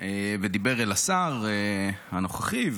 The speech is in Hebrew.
ודיבר אל השר הנוכחי.